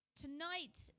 Tonight